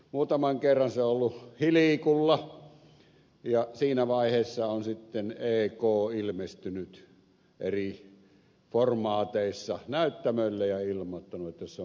muutaman kerran se on ollut hilikulla ja siinä vaiheessa on sitten ek ilmestynyt eri formaateissa näyttämölle ja ilmoittanut että se on katastrofi